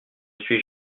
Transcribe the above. suis